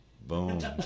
Boom